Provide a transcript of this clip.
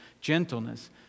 gentleness